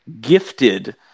gifted